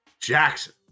Jackson